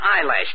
eyelash